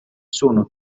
sono